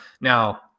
Now